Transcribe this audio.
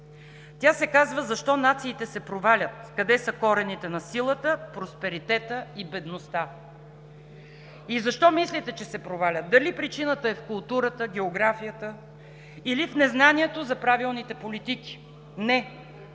Тя се казва „Защо нациите се провалят. Къде са корените на силата, просперитета и бедността“. И защо мислите, че се провалят? Дали причината е в културата, географията или в незнанието за правилните политики? Не!